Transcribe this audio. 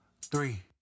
three